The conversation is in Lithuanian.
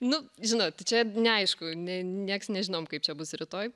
nu žinot čia neaišku ne nieks nežinom kaip čia bus rytoj